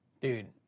Dude